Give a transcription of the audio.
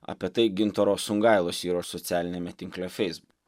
apie tai gintaro songailos įrašo socialiniame tinkle facebook